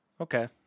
okay